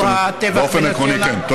או הטבח, באופן עקרוני, כן.